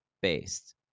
based